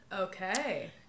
Okay